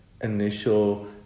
initial